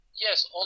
Yes